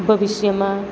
ભવિષ્યમાં